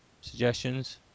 suggestions